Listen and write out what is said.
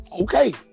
okay